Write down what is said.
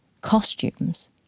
costumes